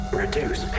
reduce